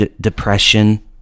depression